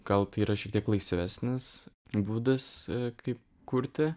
gat tai yra šiek tiek laisvesnis būdas kaip kurti